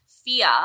fear